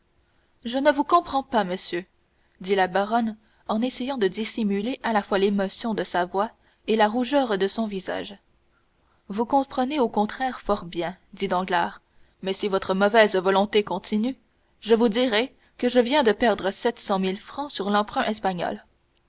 je ne vous comprends pas mo nsieur dit la baronne en essayant de dissimuler à la fois l'émotion de sa voix et la rougeur de son visage vous comprenez au contraire fort bien dit danglars mais si votre mauvaise volonté continue je vous dirai que je viens de perdre sept cent mille francs sur l'emprunt espagnol